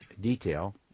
detail